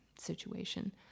situation